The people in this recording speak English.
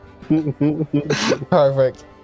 Perfect